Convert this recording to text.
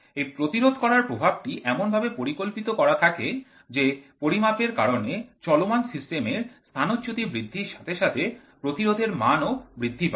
এই প্রতিরোধ করার প্রভাবটি এমন ভাবে পরিকল্পিত করা থাকে যে পরিমাপের কারণে চলমান সিস্টেমের স্থানচ্যুতি বৃদ্ধির সাথে সাথে প্রতিরোধের মানও বৃদ্ধি পায়